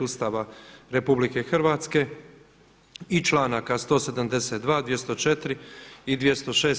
Ustava RH i članaka 172., 204., i 206.